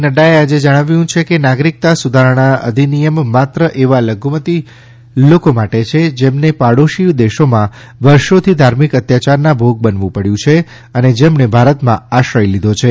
નફાએ આજે જણાવ્યું છે કે નાગરિકતા સુધારણા અધિનિયમ માત્ર એવા લધુમતી લોકો માટે છે જેમને પડોશી દેશોમાં વર્ષોથી ધાર્મિક અત્યાચારના ભોગ બનવું પડ્યું છે અને જેમણે ભારતમાં આશ્રય લીધો છે